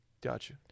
Gotcha